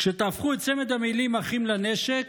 כשתהפכו את צמד המילים "אחים לנשק"